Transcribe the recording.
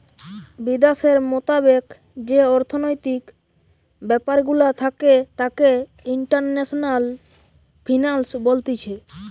বিদ্যাশের মোতাবেক যেই অর্থনৈতিক ব্যাপার গুলা থাকে তাকে ইন্টারন্যাশনাল ফিন্যান্স বলতিছে